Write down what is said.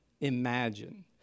imagine